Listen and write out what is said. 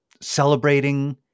celebrating